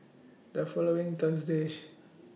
The following Thursday